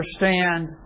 understand